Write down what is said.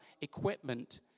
equipment